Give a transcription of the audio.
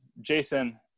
jason